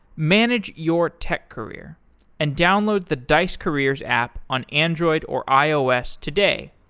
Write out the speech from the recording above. manage your tech career and download the dice careers app on android or ios today.